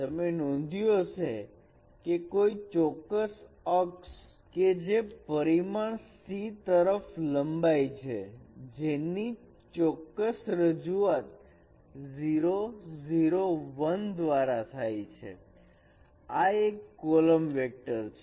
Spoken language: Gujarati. તમે નોંધ્યું હશે કે કોઈ ચોક્કસ અક્ષ કે જે પરિમાણ c તરફ લંબાઈ છે જેની ચોક્કસ રજૂઆત 0 0 1 દ્વારા થાય છે આ એક કોલમ વેક્ટર છે